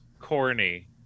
corny